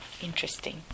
Interesting